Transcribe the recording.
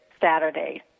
Saturday